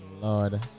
Lord